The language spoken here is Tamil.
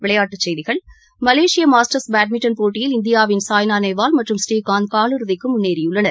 விளையாட்டுச் செய்கிகள் மலேசிய மாஸ்டர்ஸ் பேட்மிண்டன் போட்டியில் இந்தியாவின் சாய்னா நேவால் மற்றும் புரீகாந்த் கால் இறுதிக்கு முன்னேறியுள்ளனர்